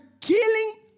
killing